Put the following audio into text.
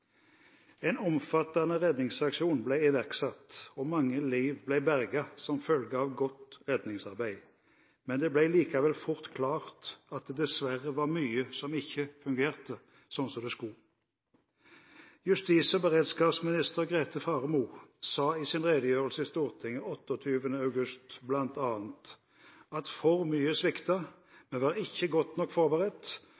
En omfattende redningsaksjon ble iverksatt, og mange liv ble berget som følge av godt redningsarbeid, men det ble likevel fort klart at det dessverre var mye som ikke fungerte som det skulle. Justis- og beredskapsminister Grete Faremo sa i sin redegjørelse i Stortinget 28. august bl.a. at for mye sviktet,